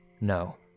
No